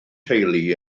teulu